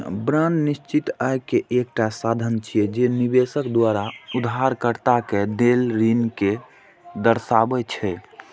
bond निश्चित आय के एकटा साधन छियै, जे निवेशक द्वारा उधारकर्ता कें देल ऋण कें दर्शाबै छै